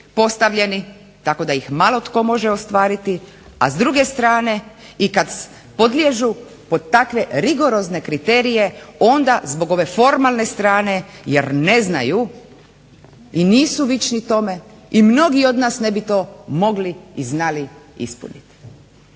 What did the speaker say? postavljeni tako da ih malo tko može ostvariti, a s druge strane i kad podliježu pod takve rigorozne kriterije onda zbog ove formalne strane jer ne znaju i nisu vični tome i mnogi od nas ne bi to mogli i znali ispuniti.